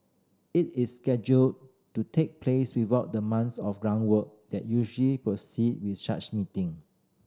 it is scheduled to take place without the months of groundwork that usually precede with such meeting